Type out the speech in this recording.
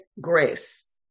grace